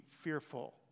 fearful